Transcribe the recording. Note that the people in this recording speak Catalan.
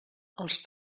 els